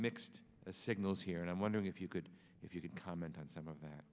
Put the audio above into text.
mixed signals here and i'm wondering if you could if you could comment on some of that